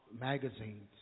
magazines